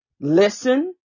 Listen